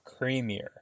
creamier